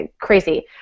Crazy